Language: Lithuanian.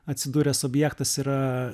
atsidūręs objektas yra